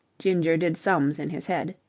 ginger did sums in his head.